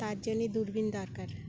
তার জন্যই দূরবিন দরকার